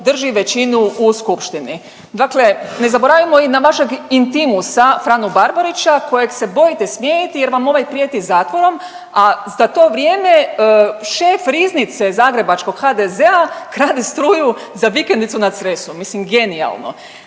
drži većinu u skupštini. Dakle, ne zaboravimo i na vašeg intimusa Franu Barbarića kojeg se bojite smijeniti jer vam ovaj prijeti zatvorom, a za to vrijeme šef riznice zagrebačkog HDZ-a krade struju za vikendicu na Cresu. Mislim genijalno.